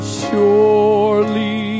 surely